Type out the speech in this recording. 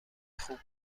خوب